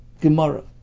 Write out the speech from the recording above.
Gemara